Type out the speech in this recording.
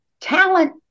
Talent